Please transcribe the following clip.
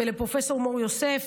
ולצוות שלו ולפרופ' מור יוסף